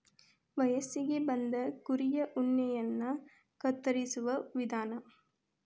ವಯಸ್ಸಿಗೆ ಬಂದ ಕುರಿಯ ಉಣ್ಣೆಯನ್ನ ಕತ್ತರಿಸುವ ವಿಧಾನ